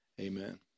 Amen